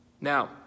Now